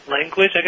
language